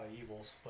evils